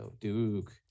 Duke